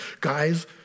Guys